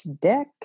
deck